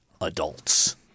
adults